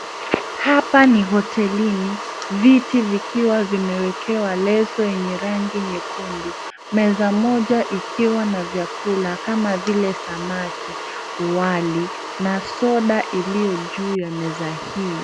Hapa ni hotelini, viti vikiwa vimewekewa leso yenye rangi nyekundu. Meza moja ikiwa na vyakula kama vile samaki, wali na soda iliyo juu ya meza hii.